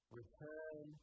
return